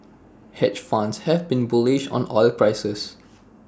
hedge funds have been bullish on oil prices